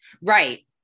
Right